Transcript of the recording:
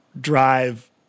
drive